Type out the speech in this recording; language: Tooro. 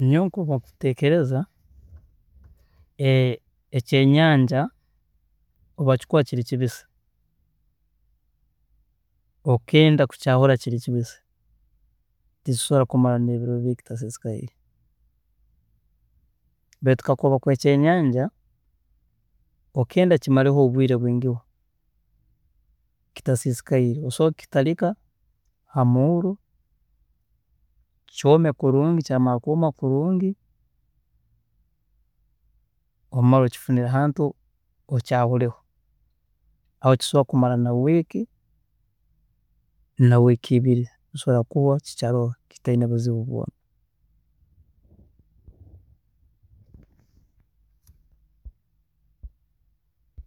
﻿Nyowe nkoku nkuteekereza, ekyenyanja obu kikuba kiri kibisi, okenda kukyaahura kiri kibisi, tikisobola kumara nebiro bibiri kitasiisikaire baitu kakuba bakuha ekyenyanja okenda kimareho obwiire bwiingiho kitasiisikaire, osobola kukitarika hamuurro kyoome kulungi, kyamara kwooma kurungi, omare okifunire ahantu okyaahureho, aho kisobola kumara na wiiki, na wiiki ibiri ikyaroho kitaine buzibu bwoona.